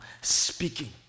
speaking